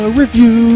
review